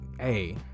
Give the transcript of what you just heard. hey